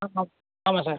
ஆமாம் ஆமாம் சார்